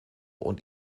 und